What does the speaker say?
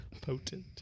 Potent